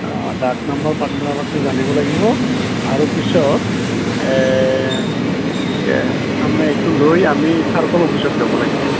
অঁ ডাক নাম্বাৰ পাট্টা নাম্বাৰটো জানিব লাগিব আৰু পিছত তাৰমানে এইটো লৈ আমি চাৰ্কল অফিচত যাব লাগিব